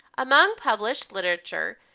among published literature,